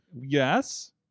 Yes